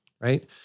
right